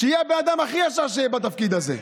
שיהיה הבן אדם הכי ישר בתפקיד הזה,